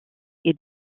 est